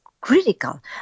critical